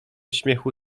śmiechu